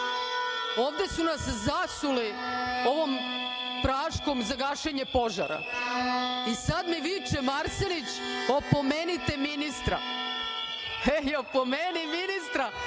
Ovde su nas zasuli praškom za gašenje požara i sada mi viče Marsenić – opomenite ministra. Opomeni ministra.